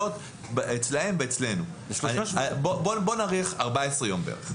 בוא נעריך 14 עד 21 יום.